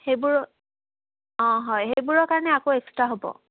সেইবোৰ অঁ হয় সেইবোৰৰ কাৰণে আকৌ এক্সট্ৰা হ'ব